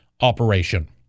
operation